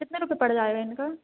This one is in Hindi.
कितना रुपए पड़ जाएगा इनका